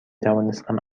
توانستم